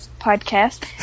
podcast